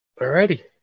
Alrighty